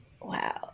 Wow